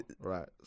Right